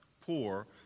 poor